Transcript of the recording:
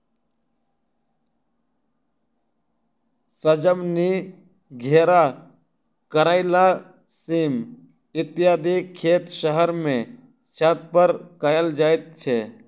सजमनि, घेरा, करैला, सीम इत्यादिक खेत शहर मे छत पर कयल जाइत छै